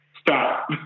stop